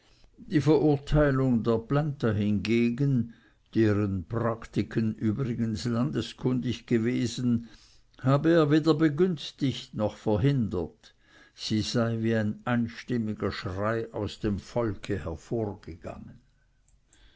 die verurteilung der planta dagegen deren praktiken übrigens landeskundig gewesen habe er weder begünstigt noch verhindert sie sei wie ein einstimmiger schrei aus dem volke hervorgegangen